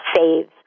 saves